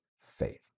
faith